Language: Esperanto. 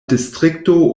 distrikto